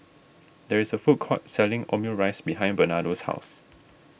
there is a food court selling Omurice behind Bernardo's house